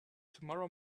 tomorrow